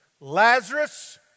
Lazarus